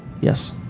Yes